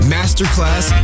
Masterclass